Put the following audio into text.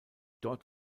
dort